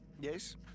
Yes